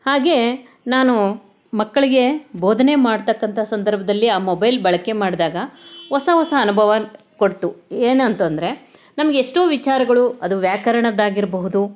ಹಾಗೆಯೇ ನಾನು ಮಕ್ಕಳಿಗೆ ಬೋಧನೆ ಮಾಡತಕ್ಕಂತಹ ಸಂದರ್ಭದಲ್ಲಿ ಆ ಮೊಬೈಲ್ ಬಳಕೆ ಮಾಡಿದಾಗ ಹೊಸ ಹೊಸ ಅನುಭವ ಕೊಡ್ತು ಏನಂತಂದರೆ ನಮ್ಗೆ ಎಷ್ಟೋ ವಿಚಾರಗಳು ಅದು ವ್ಯಾಕರಣದ್ದಾಗಿರ್ಬಹ್ದು